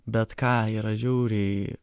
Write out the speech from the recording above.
bet ką yra žiauriai